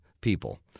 people